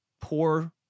poor